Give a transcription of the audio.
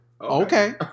Okay